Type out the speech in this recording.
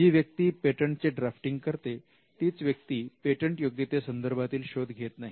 जी व्यक्ती पेटंटचे ड्राफ्टिंग करते तीच व्यक्ती पेटंट योग्यते संदर्भातील शोध घेत नाही